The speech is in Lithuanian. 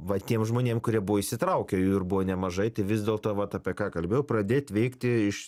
va tiem žmonėm kurie buvo įsitraukę ir buvo nemažai tai vis dėlto vat apie ką kalbėjau pradėt veikti iš